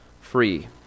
free